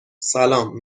سلام